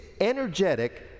energetic